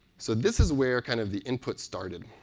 so this is where, kind of, the input started.